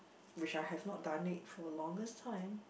which I have not done it for longest time